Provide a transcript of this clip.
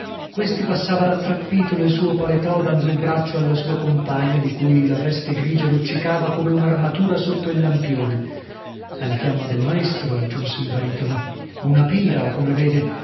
questi passava rattrappito nel suo paletò dando il braccio alla sua compagna di cui la veste grigia luccicava come unarmatura sotto il lampione è la fiamma del maestro aggiunse il baritono una pira come vede